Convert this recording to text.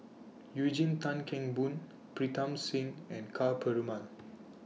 Eugene Tan Kheng Boon Pritam Singh and Ka Perumal